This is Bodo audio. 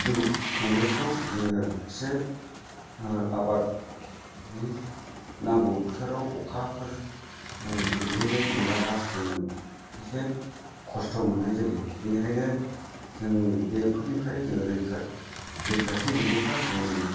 जौगोखांनायफ्राव जोङो एसे आबादनि नांगौबादि बोथोराव अखाफोर गोग्लैनाय मोनाब्ला जोङो एसे खस्थ' मोननाय जायो बेनिखायनो जों बेफोरनिफ्राय जों रैखाथि मोनोब्ला जों